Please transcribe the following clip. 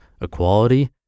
equality